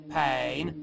pain